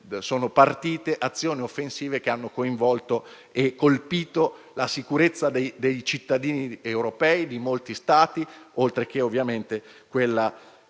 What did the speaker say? sono partite azioni offensive che hanno coinvolto e colpito la sicurezza dei cittadini, europei di molti Stati, oltre che ovviamente quella